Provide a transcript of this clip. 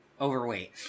overweight